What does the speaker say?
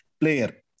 player